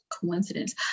coincidence